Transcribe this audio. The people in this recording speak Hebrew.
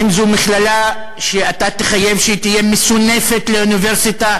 האם זאת מכללה שאתה תחייב שתהיה מסונפת לאוניברסיטה